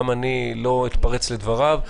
גם אני לא אתפרץ לדבריו.